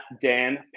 Dan